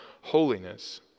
holiness